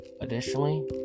Additionally